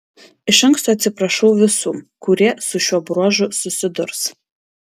iš anksto atsiprašau visų kurie su šiuo bruožu susidurs